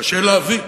קשה להבין.